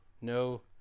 no